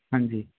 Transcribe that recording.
ਹਾਂਜੀ